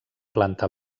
planta